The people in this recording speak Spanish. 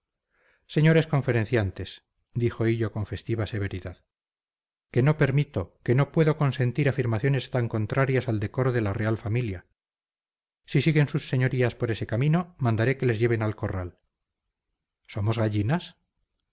señores conferenciantes dijo hillo con festiva severidad que no permito que no puedo consentir afirmaciones tan contrarias al decoro de la real familia si siguen sus señorías por ese camino mandaré que les lleven al corral somos gallinas